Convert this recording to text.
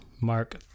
Mark